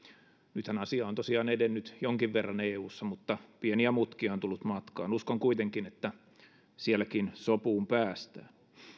nythän asia on tosiaan edennyt jonkin verran eussa mutta pieniä mutkia on tullut matkaan uskon kuitenkin että sielläkin sopuun päästään